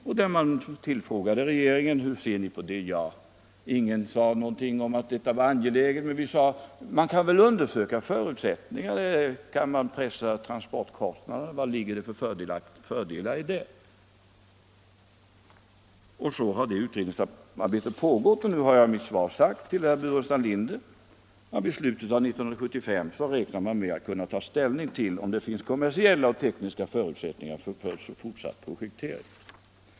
När regeringen tillfrågades hur man såg på detta sade ingen någonting om att en sådan lösning var angelägen från svensk sida, men man sade man skulle kunna undersöka förutsättningarna. Vilka fördelar får man t.ex. om man kan pressa transportkostnaderna? Sedan har detta utredningsarbete pågått, och jag har nu i mitt svar sagt till herr Burenstam Linder att vid slutet av år 1975 räknar man med att kunna ta ställning till om det finns kommersiella och tekniska förutsättningar för fortsatt projektering.